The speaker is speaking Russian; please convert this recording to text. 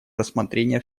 рассмотрения